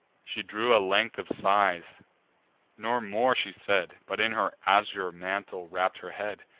she drew a length of sighs nor more she said, but in her azure mantle wrapp'd her head,